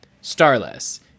Starless